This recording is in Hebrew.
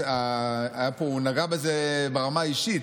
הוא נגע בזה ברמה האישית,